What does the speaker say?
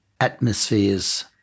Atmospheres